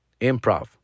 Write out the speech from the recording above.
improv